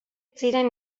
ziren